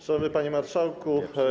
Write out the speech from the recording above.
Szanowny Panie Marszałku!